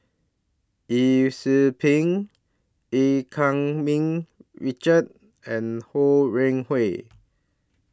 Yee Siew Pun EU Keng Mun Richard and Ho Rih Hwa